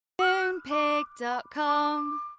Moonpig.com